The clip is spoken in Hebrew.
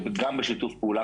גם בשיתוף פעולה,